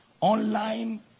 online